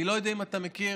אני לא יודע אם אתה מכיר,